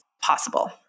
possible